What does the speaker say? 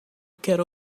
quero